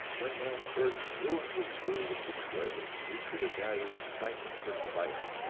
when man first ruined his food and destroyed its nutritive value by means of fire.